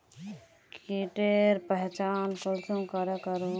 कीटेर पहचान कुंसम करे करूम?